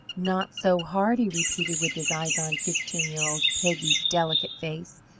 not so hard, he repeated, with his eyes on fifteen-year-old peggy's delicate face,